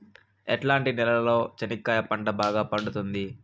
ఎట్లాంటి నేలలో చెనక్కాయ పంట బాగా పండుతుంది?